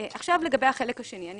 עכשיו, לגבי החלק השני בסעיף זה.